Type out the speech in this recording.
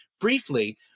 briefly